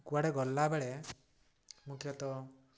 କୁଆଡ଼େ ଗଲାବେଳେ ମୁଖ୍ୟତଃ